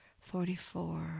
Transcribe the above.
forty-four